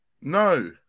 No